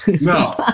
No